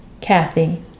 Kathy